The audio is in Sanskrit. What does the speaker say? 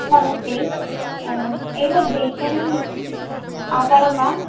नमस्ते एतत् बेकरी आपणं वा